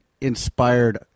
inspired